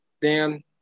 Dan